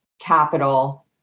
capital